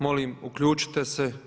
Molim uključite se.